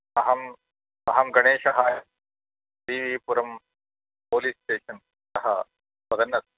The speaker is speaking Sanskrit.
अहम् अहं गणेशः V V Puram police station तः वदन् अस्